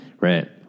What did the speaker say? Right